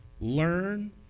Learn